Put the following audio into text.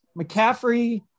McCaffrey